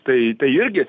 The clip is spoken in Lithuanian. tai irgi